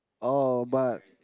oh but